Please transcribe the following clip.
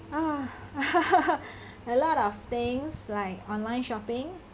oh a lot of things like online shopping